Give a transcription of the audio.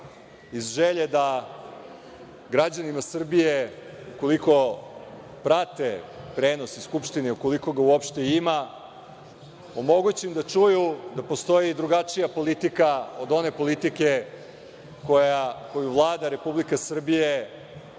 iz želje da građanima Srbije, ukoliko prate prenos iz Skupštine i ukoliko ga uopšte ima, omogućim da čuju da postoji i drugačija politika od one politike koju Vlada Republike Srbije